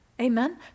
Amen